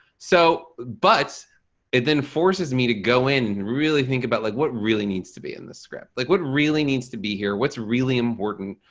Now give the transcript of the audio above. so but it then forces me to go in and really think about like what really needs to be in the script? like, what really needs to be here? what's really important?